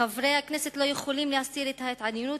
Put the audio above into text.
חברי הכנסת לא יכולים להסתיר את ההתעניינות